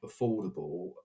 affordable